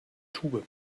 tube